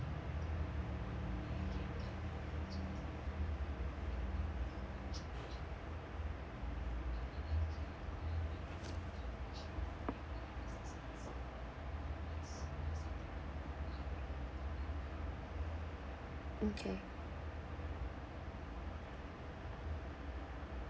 okay